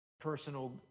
personal